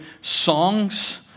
songs